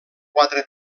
quatre